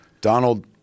Donald